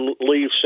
leave